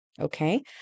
Okay